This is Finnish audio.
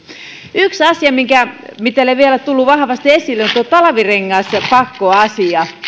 yksi asia mikä ei vielä ole tullut vahvasti esille on tuo talvirengaspakkoasia